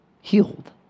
healed